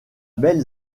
belle